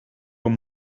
amb